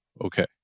Okay